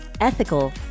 ethical